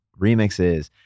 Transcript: remixes